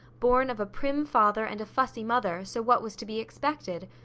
born of a prim father and a fussy mother, so what was to be expected?